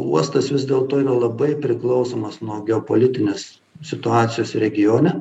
uostas vis dėlto yra labai priklausomas nuo geopolitinės situacijos regione